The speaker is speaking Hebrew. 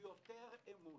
יותר אמון.